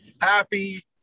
happy